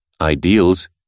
ideals